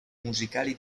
musicali